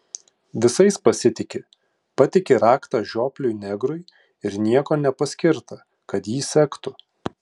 visais pasitiki patiki raktą žiopliui negrui ir nieko nepaskirta kad jį sektų